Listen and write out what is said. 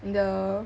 the